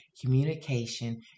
communication